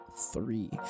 three